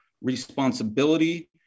responsibility